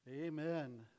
Amen